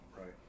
Right